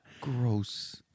Gross